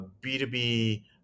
B2B